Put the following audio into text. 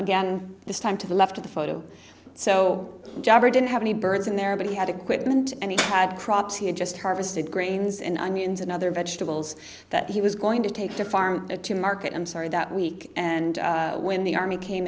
again this time to the left of the photo so jobber didn't have any birds in there but he had equipment and he had crops he had just harvested grains and onions and other vegetables that he was going to take to farm it to market i'm sorry that week and when the army came